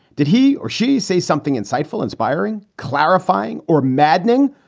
did he or she say something insightful, inspiring, clarifying or maddening?